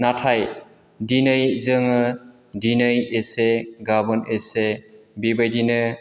नाथाय दिनै जोङो दिनै एसे गाबोन एसे बेबायदिनो